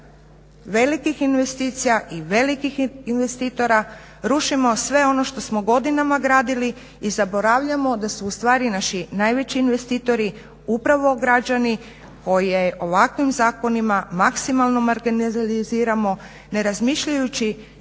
velikih investicija i velikih investitora rušimo sve ono što smo godinama gradili i zaboravljamo da su ustvari naši najveći investitori upravo građani koje ovakvim zakonima maksimalno marginaliziramo, ne razmišljajući